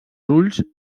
ulls